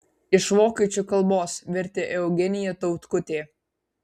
iš vokiečių kalbos vertė eugenija tautkutė